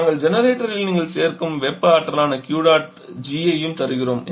நாங்கள் ஜெனரேட்டரில் நீங்கள் சேர்க்கும் வெப்ப ஆற்றலான Q dot G யையும் தருகிறோம்